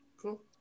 Cool